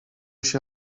się